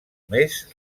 més